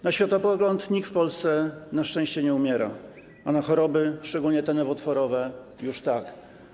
Na światopogląd nikt w Polsce na szczęście nie umiera, a na choroby, szczególnie te nowotworowe, już tak.